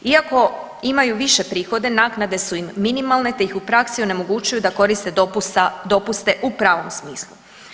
Iako imaju više prihode naknade su im minimalne te ih u praksi onemogućuju da koriste dopust sa, dopuste u pravom smislu.